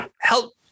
Help